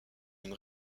une